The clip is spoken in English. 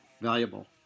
valuable